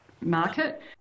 market